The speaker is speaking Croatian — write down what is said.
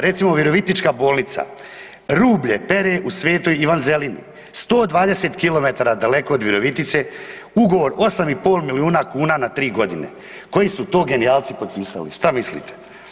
Recimo virovitička bolnica, rublje pere u Svetoj Ivan Zelini, 120 kilometara daleko od Virovitice, ugovor 8,5 milijuna kuna na 3 godine, koji su to genijalci potpisali, šta mislite?